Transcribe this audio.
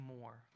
more